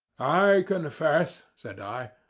i confess, said i,